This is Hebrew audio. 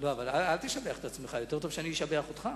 אל תשבח את עצמך, יותר טוב שאני אשבח אותך.